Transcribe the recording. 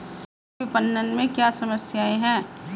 कृषि विपणन में क्या समस्याएँ हैं?